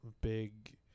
big